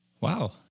Wow